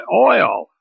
oil